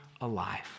alive